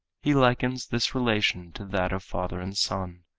he likens this relation to that of father and son.